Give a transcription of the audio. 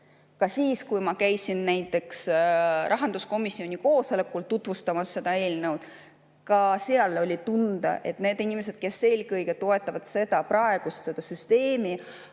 Ka siis, kui ma käisin näiteks rahanduskomisjoni koosolekul tutvustamas seda eelnõu, oli seal tunda, et need inimesed, kes eelkõige toetavad praegust süsteemi